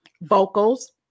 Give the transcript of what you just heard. vocals